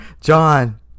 John